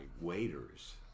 waiters